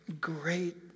great